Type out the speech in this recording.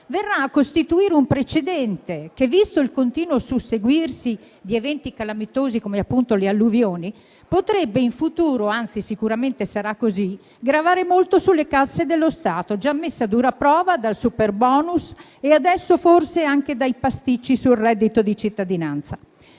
verrà a costituire un precedente che, visto il continuo susseguirsi di eventi calamitosi come appunto le alluvioni, potrebbe in futuro - anzi, sicuramente sarà così - gravare molto sulle casse dello Stato, già messe a dura prova dal superbonus e adesso forse anche dai pasticci sul reddito di cittadinanza.